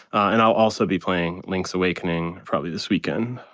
and i'll also be playing link's awakening probably this weekend.